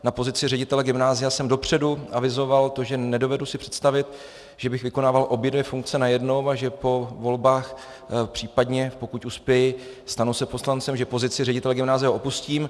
Na pozici ředitele gymnázia jsem dopředu avizoval to, že nedovedu si představit, že bych vykonával obě dvě funkce najednou a že po volbách, případně pokud uspěji, stanu se poslancem, že pozici ředitele gymnázia opustím.